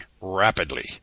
rapidly